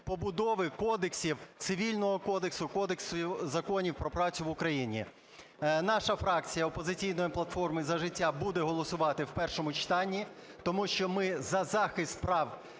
побудови кодексів, Цивільного кодексу, Кодексу законів про працю України. Наша фракція "Опозиційної платформи – За життя" буде голосувати в першому читанні. Тому що ми за захист прав